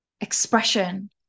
expression